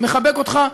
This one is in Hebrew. מחבק אותך,